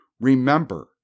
remember